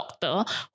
doctor